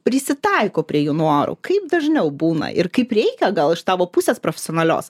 prisitaiko prie jų norų kaip dažniau būna ir kaip reikia gal iš tavo pusės profesionalios